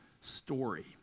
story